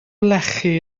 lechi